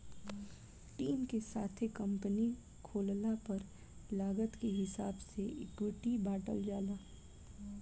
team के साथे company खोलला पर लागत के हिसाब से इक्विटी बॉटल जाला